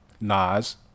Nas